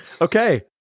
Okay